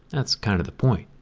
that's kind of the point.